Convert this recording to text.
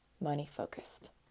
Money-focused